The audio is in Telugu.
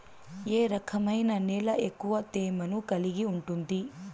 ఏ రకమైన నేల ఎక్కువ తేమను కలిగి ఉంటుంది?